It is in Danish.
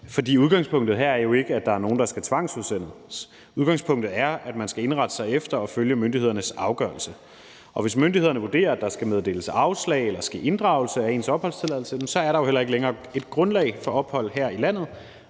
For udgangspunktet her er jo ikke, at der er nogen, der skal tvangsudsendes; udgangspunktet er, at man skal indrette sig efter og følge myndighedernes afgørelse. Og hvis myndighederne vurderer, at der skal meddeles afslag eller ske inddragelse af ens opholdstilladelse, er der jo heller ikke længere et grundlag for ophold her i landet,